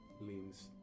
leans